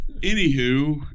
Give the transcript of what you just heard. Anywho